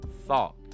thought